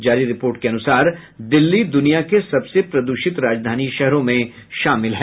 जारी रिपोर्ट के अनुसार दिल्ली दुनिया के सबसे प्रद्रषित राजधानी शहरों में शामिल है